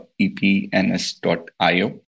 epns.io